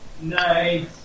nice